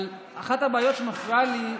אבל אחת הבעיות שמפריעות לי,